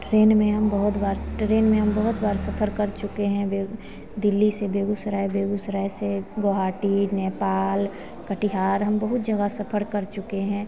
train में हम बहुत बार ट्रेन में हम बहुत बार सफ़र कर चुके हैं दिल्ली से बेगूसराय बेगूसराय से गोहाटी नेपाल कटिहार हम बहुत जगह सफ़र कर चुके हैं